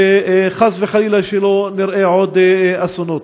וחס וחלילה שלא נראה עוד אסונות.